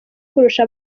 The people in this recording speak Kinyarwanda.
kurusha